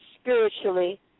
spiritually